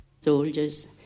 soldiers